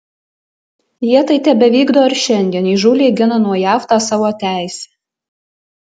jie tai tebevykdo ir šiandien įžūliai gina nuo jav tą savo teisę